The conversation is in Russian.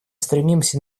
стремимся